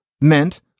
meant